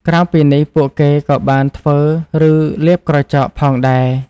ក្រៅពីនេះ ពួកគេក៏បាន ធ្វើឬលាបក្រចក ផងដែរ។